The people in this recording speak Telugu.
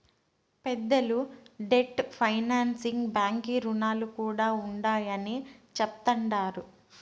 పెద్దలు డెట్ ఫైనాన్సింగ్ బాంకీ రుణాలు కూడా ఉండాయని చెప్తండారు